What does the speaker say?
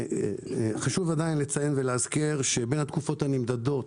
חשוב לציין ולהזכיר שבין התקופות הנמדדות,